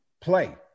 play